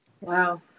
Wow